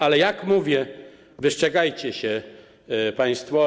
Ale, jak mówię, wystrzegajcie się tego państwo.